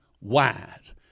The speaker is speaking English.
wise